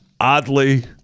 oddly